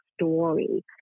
story